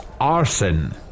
Arson